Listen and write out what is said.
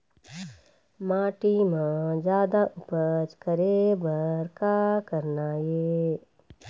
माटी म जादा उपज करे बर का करना ये?